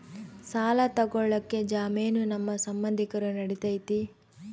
ಸಾಲ ತೊಗೋಳಕ್ಕೆ ಜಾಮೇನು ನಮ್ಮ ಸಂಬಂಧಿಕರು ನಡಿತೈತಿ?